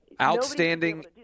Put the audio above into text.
Outstanding